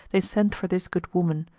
they sent for this good woman,